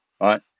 right